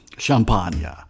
Champagne